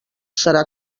serà